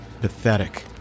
Pathetic